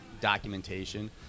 documentation